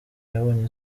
yabonye